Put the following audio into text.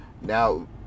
now